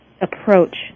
approach